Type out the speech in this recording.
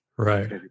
right